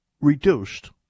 reduced